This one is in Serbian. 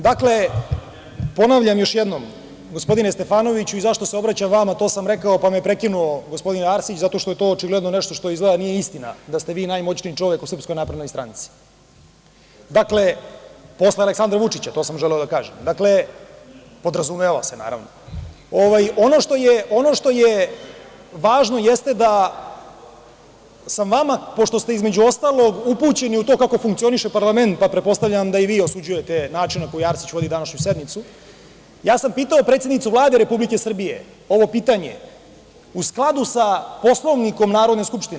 Dakle, ponavljam još jednom, gospodine Stefanoviću, i zašto se obraćam vama, to sam rekao pa me je prekinuo gospodin Arsić zato što je to očigledno nešto što izgleda nije istina da ste vi najmoćniji čovek u SNS, dakle, posle Aleksandra Vučića, to sam želeo da kažem, podrazumeva se naravno, ono što je važno jeste da sam vama pošto ste između ostalog upućeni u to kako funkcioniše parlament, pa pretpostavljam da i vi osuđujete način na koji Arsić vodi današnju sednicu, ja sam pitao predsednicu Vlade Republike Srbije, ovo pitanje, u skladu sa Poslovnikom Narodne skupštine.